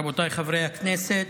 מכובדי היושב-ראש, רבותיי חברי הכנסת,